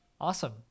awesome